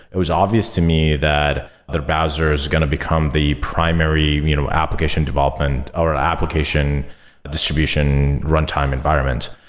it was obvious to me that the browser is going to become the primary you know application development or application distribution runtime environment.